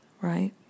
Right